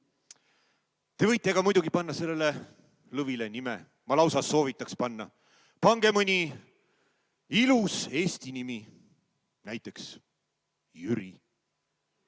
Te võite muidugi panna sellele lõvile ka nime. Ma lausa soovitaks panna! Pange mõni ilus eesti nimi, näiteks Jüri